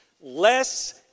less